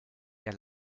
der